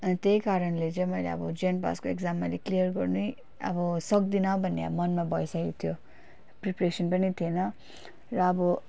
अन्त त्यही कारणले चाहिँ मैले अब जेएन पासको एक्जाम मैले क्लियर गर्नै अब सक्दिनँ भन्ने अब मनमा भइसकेको थियो प्रिपरेसन पनि थिएन र अब